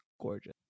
gorgeous